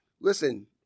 Listen